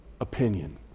Opinion